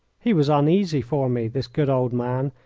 he was uneasy for me, this good old man,